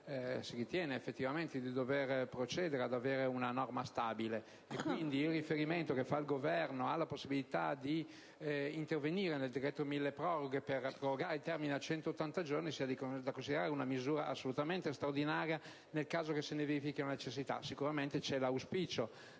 si ritiene effettivamente di dover procedere ad elaborare una norma stabile. Il riferimento fatto dal Governo alla possibilità di intervenire nel decreto milleproroghe per prorogare il termine a 180 giorni è pertanto da considerarsi una misura assolutamente straordinaria, nel caso se ne verifichi la necessità. Sicuramente, c'è l'auspicio